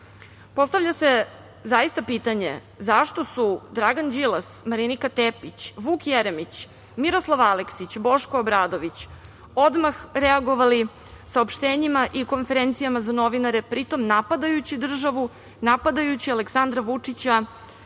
delovanja. Postavlja se zaista pitanje – zašto su Dragan Đilas, Marinika Tepić, Vuk Jeremić, Miroslav Aleksić, Boško Obradović odmah reagovali saopštenjima i konferencijama za novinare, pri tome napadajući državu, napadajući Aleksandra Vučića,